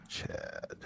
Chad